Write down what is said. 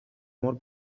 more